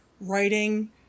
writing